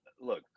Look